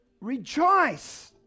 rejoice